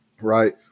right